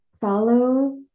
Follow